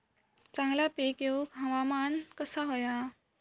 चांगला पीक येऊक हवामान कसा होया?